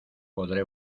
podré